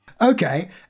Okay